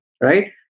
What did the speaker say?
right